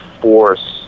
force